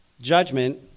Judgment